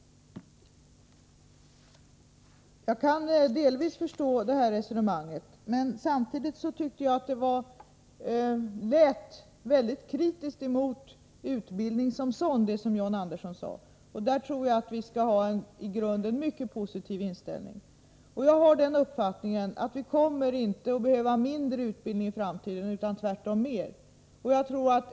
Jag kan delvis förstå det här resonemanget, men samtidigt lät det som John Andersson var mycket kritisk mot utbildning som sådan. Där tror jag att vi skall ha en i grunden mycket positiv inställning. Jag har den uppfattningen att vi inte kommer att behöva mindre utbildning i framtiden, utan tvärtom mera.